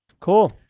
Cool